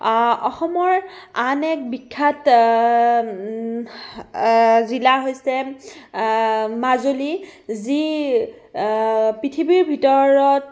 অসমৰ আন এক বিখ্যাত জিলা হৈছে মাজুলী যি পৃথিৱীৰ ভিতৰত